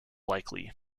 likely